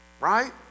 right